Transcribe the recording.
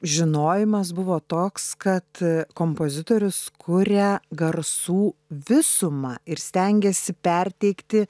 žinojimas buvo toks kad kompozitorius kuria garsų visumą ir stengiasi perteikti